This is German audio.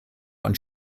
und